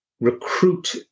recruit